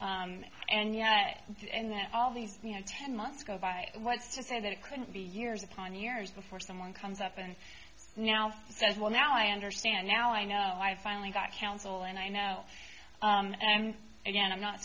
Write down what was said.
and yet and that all these you know ten months go by what's to say that it could be years upon years before someone comes up and now says well now i understand now i know i finally got counsel and i now and again i'm not